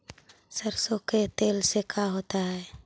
सरसों के तेल से का होता है?